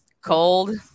cold